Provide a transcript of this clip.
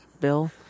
Bill